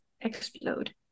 explode